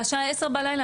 והשעה עשר בלילה,